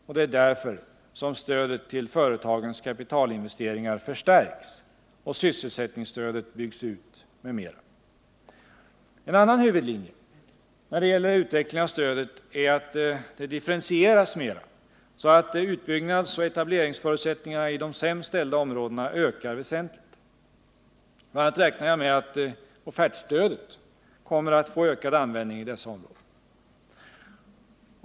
Och det är därför som stödet till företagens kapitalinvesteringar förstärks, sysselsättningsstödet byggs ut m.m. En annan huvudlinje när det gäller utvecklingen av stödet är att det differentieras mer så att utbyggnadsoch etableringsförutsättningarna i de sämst ställda områdena ökar väsentligt. Bl. a. räknar jag med att offertstödet kommer att få ökad användning i dessa områden.